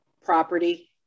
property